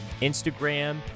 Instagram